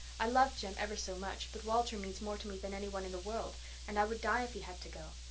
i love jem ever so much but walter means more to me than anyone in the world and i would die if he had to go.